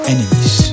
Enemies